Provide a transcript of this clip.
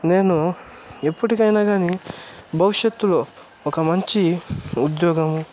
నేను ఎప్పటికైనా గాని భవిష్యత్తులో ఒక మంచి ఉద్యోగము